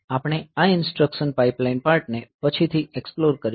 આપણે આ instruction pipeline પાર્ટને પછીથી એક્સ્પ્લોર કરીશું